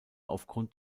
aufgrund